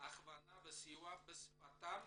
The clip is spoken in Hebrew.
הכוונה וסיוע בשפתם